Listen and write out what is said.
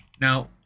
Now